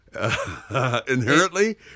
Inherently